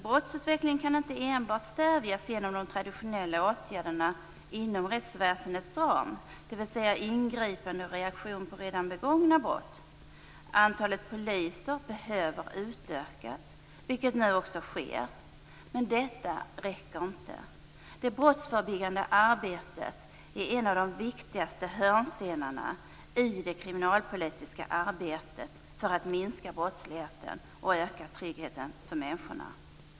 Brottsutvecklingen kan inte enbart stödjas genom de traditionella åtgärderna inom rättsväsendets ram, dvs. ingripande och reaktion på redan begångna brott. Antalet poliser behöver utökas, vilket nu också sker. Detta räcker dock inte. Det brottsförebyggande arbetet är en av de viktigaste hörnstenarna i det kriminalpolitiska arbetet för att minska brottsligheten och öka tryggheten för människorna.